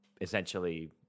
essentially